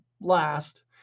last